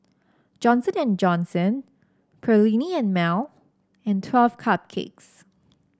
Johnson And Johnson Perllini and Mel and Twelve Cupcakes